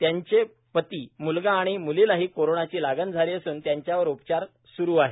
त्यांचे पती मुलगा आणि मुलीलाही कोरोनाची लागण झाली असून त्यांच्यावर उपचार सूरू आहेत